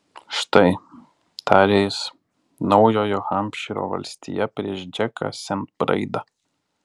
štai tarė jis naujojo hampšyro valstija prieš džeką sent braidą